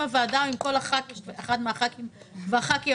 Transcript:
עם הוועדה או עם אחד מחברי או חברות הכנסת